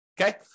Okay